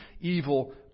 evil